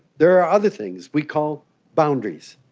there are other things we call boundaries.